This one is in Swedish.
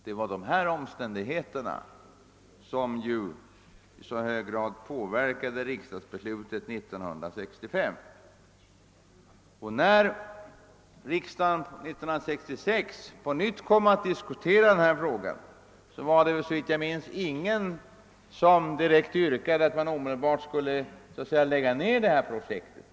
Det var dessa omständigheter som i så hög grad påverkade riksdagsbeslutet år 1965. När riksdagen år 1966 på nytt kom att diskutera denna fråga var det, såvitt jag minns, ingen som direkt yrkade att man omedelbart skulle lägga ned projektet.